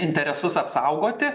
interesus apsaugoti